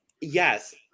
Yes